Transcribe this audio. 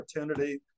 opportunity